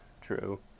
True